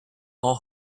all